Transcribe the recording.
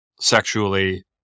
sexually